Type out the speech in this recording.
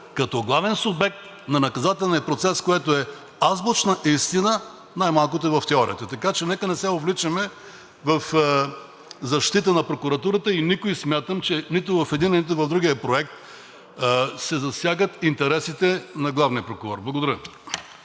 като главен субект на наказателния процес, което е азбучна истина най-малкото и в теорията. Така че нека не се увличаме в защита на прокуратурата и смятам, че нито в единия, нито в другия проект се засягат интересите на главния прокурор. Благодаря.